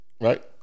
Right